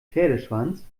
pferdeschwanz